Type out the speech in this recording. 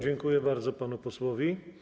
Dziękuję bardzo panu posłowi.